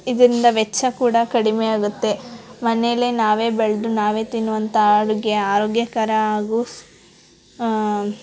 ಇದರಿಂದ ವೆಚ್ಚ ಕೂಡ ಕಡಿಮೆ ಆಗುತ್ತೆ ಮನೆಯಲ್ಲೆ ನಾವೇ ಬೆಳೆದು ನಾವೇ ತಿನ್ನುವಂಥ ಅಡುಗೆ ಆರೋಗ್ಯಕರ ಹಾಗೂ